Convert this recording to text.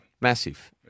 Massive